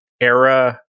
era